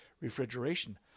refrigeration